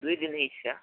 ଦୁଇ ଦିନ ହୋଇଛି ସାର୍